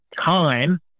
Time